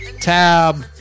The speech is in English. tab